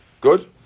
Good